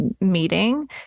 meeting